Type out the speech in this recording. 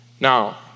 Now